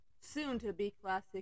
soon-to-be-classic